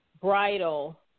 bridal